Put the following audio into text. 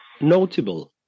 notable